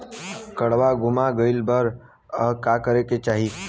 काडवा गुमा गइला पर का करेके चाहीं?